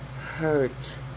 hurt